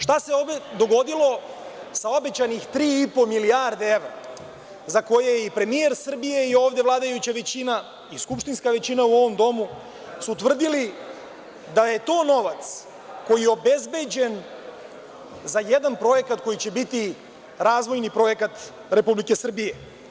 Šta se ovde dogodilo sa obećanih 3,5 milijardi evra, za koje je i premijer Srbije i ovde vladajuća većina, skupštinska većina u ovom domu su tvrdili da je to novac koji je obezbeđen za jedan projekat koji će biti razvojni projekat Republike Srbije?